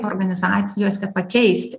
organizacijose pakeisti